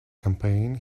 campaign